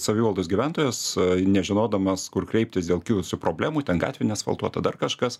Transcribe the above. savivaldos gyventojas nežinodamas kur kreiptis dėl kilusių problemų ten gatvė neasfaltuota dar kažkas